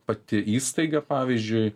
pati įstaiga pavyzdžiui